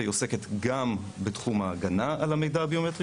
והיא עוסקת גם בתחום ההגנה על המידע הביומטרי